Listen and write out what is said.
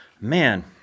man